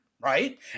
Right